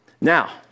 Now